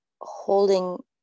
holding